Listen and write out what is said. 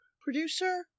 Producer